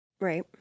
Right